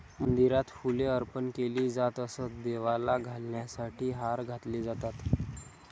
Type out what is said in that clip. मंदिरात फुले अर्पण केली जात असत, देवाला घालण्यासाठी हार घातले जातात